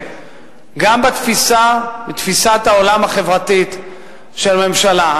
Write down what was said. גם בתפיסת העולם החברתית של הממשלה.